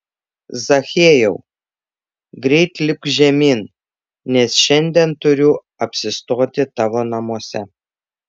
zachiejau greit lipk žemyn nes šiandien turiu apsistoti tavo namuose